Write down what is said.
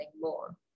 more